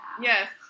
yes